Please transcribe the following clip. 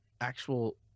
actual